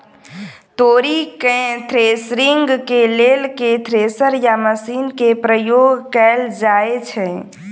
तोरी केँ थ्रेसरिंग केँ लेल केँ थ्रेसर या मशीन केँ प्रयोग कैल जाएँ छैय?